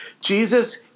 Jesus